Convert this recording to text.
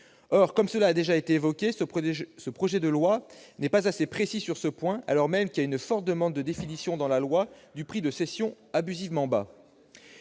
Or, comme cela a déjà été évoqué, ce projet de loi n'est pas assez précis sur ce point, alors même qu'il y a une forte demande de définition dans la loi du prix de cession abusivement bas.